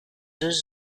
deux